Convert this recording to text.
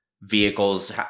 vehicles